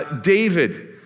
David